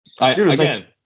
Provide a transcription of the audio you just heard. again